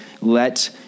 let